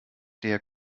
der